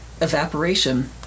evaporation